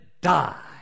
die